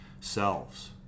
selves